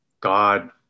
God